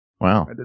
Wow